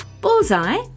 Bullseye